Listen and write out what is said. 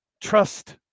trust